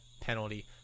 Penalty